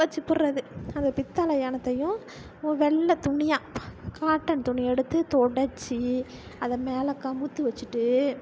வச்சுப்புட்றது அந்த பித்தளை ஏனத்தயும் வெள்ளை துணியை காட்டன் துணி எடுத்து தொடைச்சி அதை மேலே கமுத்து வச்சிட்டு